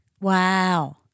Wow